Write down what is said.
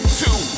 two